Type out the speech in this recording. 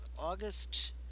August